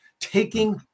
Taking